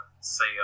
say